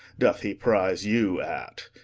doth he prize you at.